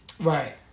Right